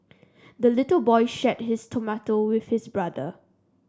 the little boy shared his tomato with his brother